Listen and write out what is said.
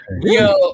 Yo